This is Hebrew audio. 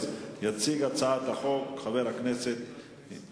יציג את ההודעה חבר הכנסת יריב